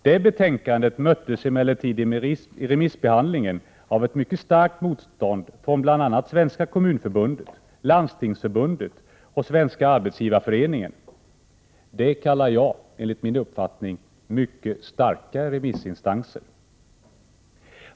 Det betänkandet möttes emellertid i remissbehandlingen av ett mycket starkt motstånd från bl.a. Svenska kommunförbundet, Landstingsförbundet och Svenska arbetsgivareföreningen. Dem kallar jag för min del mycket starka remissinstanser.